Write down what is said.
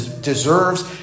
deserves